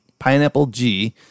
pineappleg